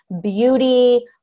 beauty